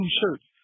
shirts